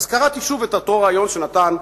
אז קראתי שוב את אותו ריאיון שנתן מנהל,